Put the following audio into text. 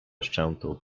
szczętu